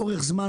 לאורך זמן